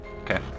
Okay